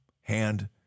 hand